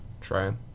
trying